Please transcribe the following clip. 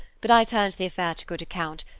but i turned the affair to good account,